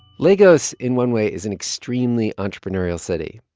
lagos, in one way, is an extremely entrepreneurial city.